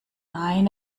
nein